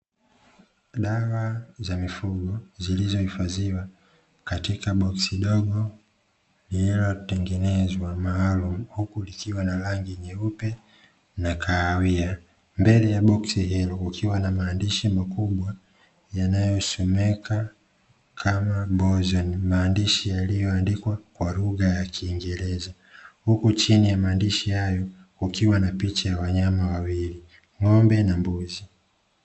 Dawa za mifugo zilizohifadhiwa katika boksi dogo lililotengenezwa maalumu, huku likiwa na rangi nyeupe na kahawia. Mbele ya boksi hilo kukiwa na maandishi makubwa yanayosomeka kama "BOZON", maandishi yaliyoandikwa kwa lugha ya kingereza. Huku chini ya maandishi hayo kukiwa na picha ya wanyama wawili (ng'ombe na mbuzi).